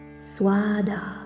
Swada